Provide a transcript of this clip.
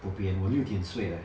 bobian 我六点睡 leh